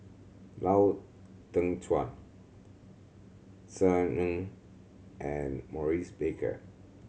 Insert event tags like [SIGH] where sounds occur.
Lau Teng Chuan [UNINTELLIGIBLE] Ng and Maurice Baker